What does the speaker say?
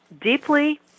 deeply